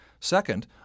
Second